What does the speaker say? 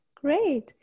Great